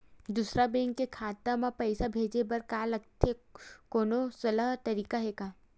दूसरा बैंक के खाता मा पईसा भेजे बर का लगथे कोनो सरल तरीका हे का?